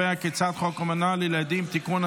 חוק אומנה לילדים (תיקון,